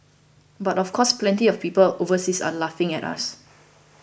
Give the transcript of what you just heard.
but of course plenty of people overseas are laughing at us